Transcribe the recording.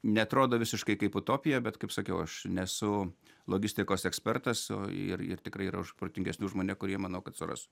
neatrodo visiškai kaip utopija bet kaip sakiau aš nesu logistikos ekspertas o ir ir tikrai yra už protingesnių už mane kurie manau kad suras